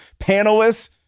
panelists